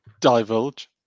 divulge